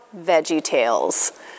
VeggieTales